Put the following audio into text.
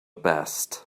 best